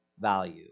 value